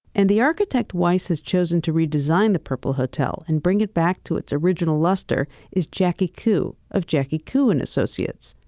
and the architect weiss' chosen to redesign the purple hotel and bring it back to its original luster is jackie koo of jackie koo and associates.